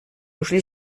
ушли